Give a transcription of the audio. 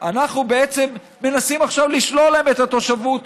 אנחנו בעצם מנסים עכשיו לשלול להם את התושבות,